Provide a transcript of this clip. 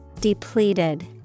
depleted